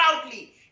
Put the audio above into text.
proudly